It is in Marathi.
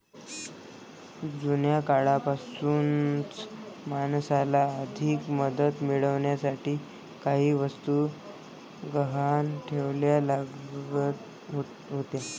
जुन्या काळापासूनच माणसाला आर्थिक मदत मिळवण्यासाठी काही वस्तू गहाण ठेवाव्या लागत होत्या